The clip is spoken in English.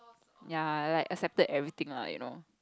ya like accepted everything lah you know